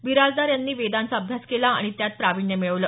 बिराजदार यांनी वेदांचा अभ्यास केला आणि त्यांत प्राविण्य मिळवलं